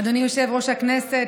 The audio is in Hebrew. אדוני יושב-ראש הישיבה,